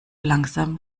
langsam